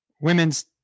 Women's